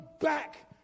back